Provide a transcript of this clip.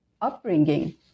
upbringing